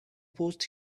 post